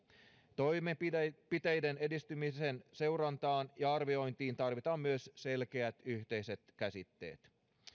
toimenpiteiden edistymisen seurantaan ja arviointiin tarvitaan myös selkeät yhteiset käsitteet